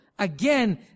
Again